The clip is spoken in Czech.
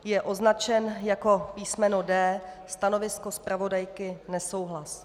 Je označen jako písmeno D. Stanovisko zpravodajky nesouhlas.